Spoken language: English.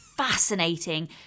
fascinating